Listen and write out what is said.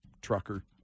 trucker